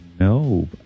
No